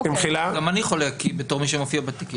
גם אני חולק כמי שמופיע בתיקים.